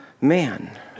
man